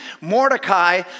Mordecai